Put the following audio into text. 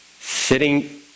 Sitting